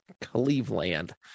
cleveland